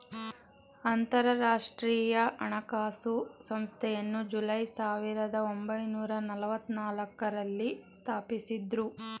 ಅಂತರಾಷ್ಟ್ರೀಯ ಹಣಕಾಸು ಸಂಸ್ಥೆಯನ್ನು ಜುಲೈ ಸಾವಿರದ ಒಂಬೈನೂರ ನಲ್ಲವತ್ತನಾಲ್ಕು ರಲ್ಲಿ ಸ್ಥಾಪಿಸಿದ್ದ್ರು